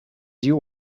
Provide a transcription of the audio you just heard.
you